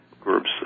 groups